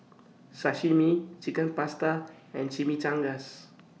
Sashimi Chicken Pasta and Chimichangas